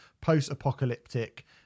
post-apocalyptic